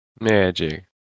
Magic